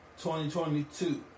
2022